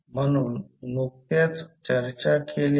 96° ampere मिळेल